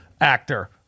actor